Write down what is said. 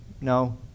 No